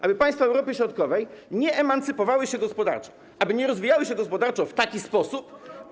Aby państwa Europy Środkowej nie emancypowały się gospodarczo, aby nie rozwijały się gospodarczo w taki sposób.